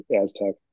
Aztec